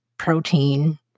protein